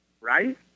right